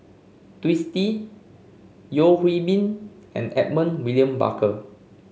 Twisstii Yeo Hwee Bin and Edmund William Barker